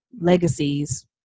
legacies